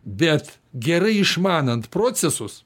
bet gerai išmanant procesus